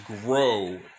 grow